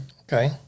Okay